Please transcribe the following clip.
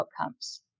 outcomes